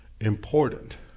important